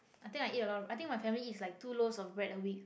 I think I eat a lot I think my family eats like two loafs of bread a week